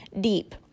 deep